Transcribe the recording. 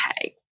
Okay